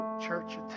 Church